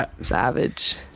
savage